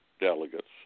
delegates